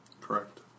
Correct